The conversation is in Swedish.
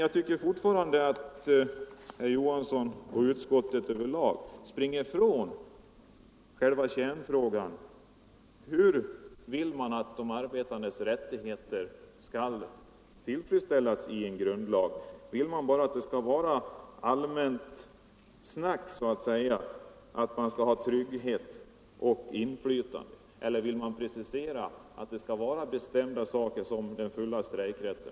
Jag tycker fortfarande att herr Johansson och utskottet över lag springer ifrån själva kärnfrågan: Hur vill man att de arbetandes rättigheter skall tillfredsställas i en grundlag? Vill man bara att det skall vara allmänt snack så att säga om att vi skall ha trygghet och inflytande, eller vill man precisera det till bestämda ting som den fulla strejkrätten?